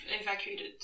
evacuated